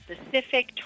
specific